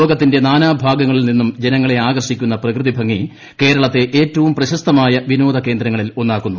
ലോകത്തിന്റെ നാനാ ഭാഗങ്ങളിൽ നിന്നും ജനങ്ങളെ ആകർഷിക്കുന്ന പ്രകൃതി ഭംഗി കേരളത്തെ ഏറ്റവും പ്രശസ്തമായ വിനോദ കേന്ദ്രങ്ങളിലൊന്നാക്കുന്നു